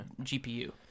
GPU